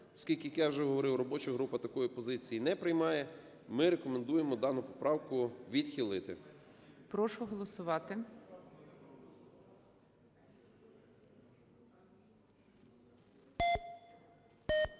Оскільки, як я вже говорив, робоча група такої позиції не приймає, ми рекомендуємо дану поправку відхилити. ГОЛОВУЮЧИЙ. Прошу голосувати.